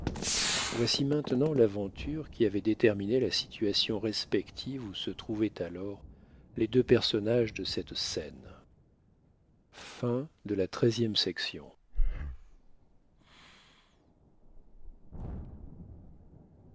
voici maintenant l'aventure qui avait déterminé la situation respective où se trouvaient alors les deux personnages de cette scène